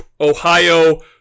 Ohio